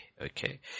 okay